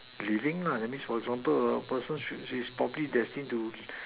living lah that means for example uh a person should is probably destine to